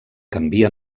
canvia